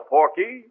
Porky